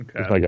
Okay